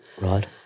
Right